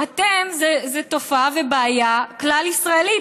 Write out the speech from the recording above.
זו תופעה ובעיה כלל-ישראלית,